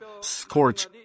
scorch